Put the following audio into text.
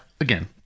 again